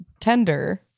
tender